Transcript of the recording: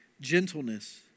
gentleness